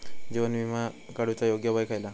जीवन विमा काडूचा योग्य वय खयला?